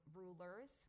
rulers